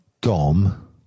Dom